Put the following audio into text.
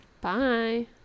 Bye